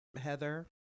Heather